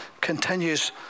continues